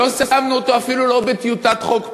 לא שמנו אותו אפילו לא בטיוטת חוק פרי,